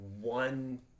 one